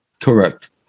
Correct